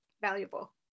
valuable